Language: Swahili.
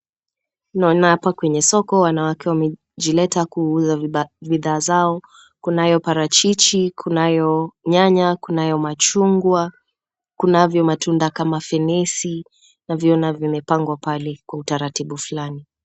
Naona hapa kwenye soko wanawake wamejileta kuuza bidhaa zao. Kunayo parachichi, kunayo nyanya, kunayo machungwa, kunavyo matunda kama fenesi. Naviona vimepangwa pale kwa utaratibu fulani.